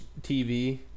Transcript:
TV